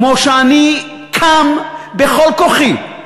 כמו שאני קם בכל כוחי,